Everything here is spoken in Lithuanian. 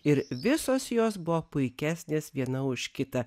ir visos jos buvo puikesnės viena už kitą